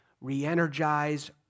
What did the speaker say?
re-energize